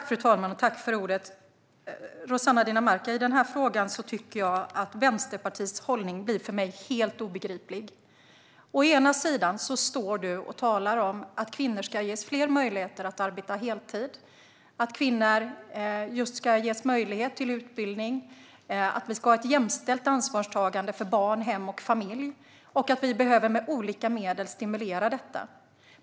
Fru talman! I den här frågan, Rossana Dinamarca, blir Vänsterpartiets hållning för mig helt obegriplig. Å ena sidan står du och talar om att kvinnor ska ges fler möjligheter att arbeta heltid och möjlighet till utbildning, att vi ska ha ett jämställt ansvarstagande för barn, hem och familj och att vi med olika medel behöver stimulera detta.